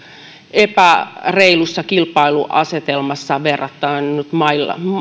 epäreilussa kilpailuasetelmassa verrattuna